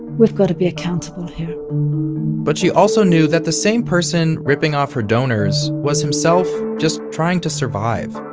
we've got to be accountable here but she also knew that the same person ripping off her donors was himself just trying to survive.